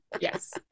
yes